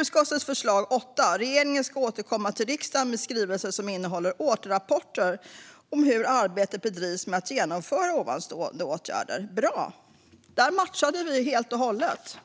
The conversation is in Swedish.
Utskottets förslag punkt 8: "Regeringen ska återkomma till riksdagen med skrivelser som innehåller återrapporter om hur arbetet bedrivs med att genomföra ovanstående åtgärder." Bra! Där matchade vi helt och hållet.